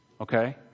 okay